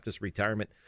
Retirement